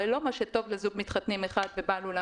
הרי לא מה שטוב לזוג מתחתנים אחד ובעל אולם